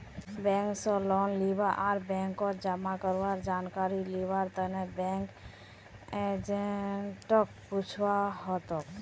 bank स loan लीबा आर बैंकत जमा करवार जानकारी लिबार तने बैंक एजेंटक पूछुवा हतोक